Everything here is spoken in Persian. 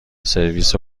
سرویس